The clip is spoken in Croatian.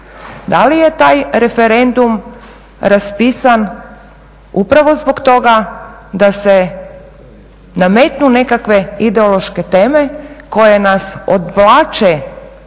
Da li je taj referendum raspisan upravo zbog toga da se nametnu nekakve ideološke teme koje nas odvlače